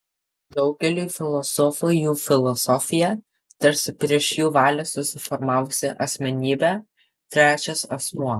daugeliui filosofų jų filosofija tarsi prieš jų valią susiformavusi asmenybė trečias asmuo